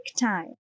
time